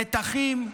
מתחים,